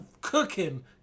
cooking